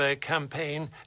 campaign